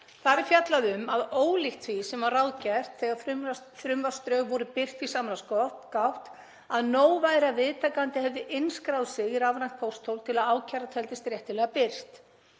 Þar er fjallað um að ólíkt því sem ráðgert var þegar frumvarpsdrög voru birt í samráðsgátt, að nóg væri að viðtakandi hefði innskráð sig í rafrænt pósthólf til að ákæra teldist réttilega birt,